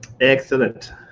Excellent